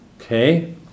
Okay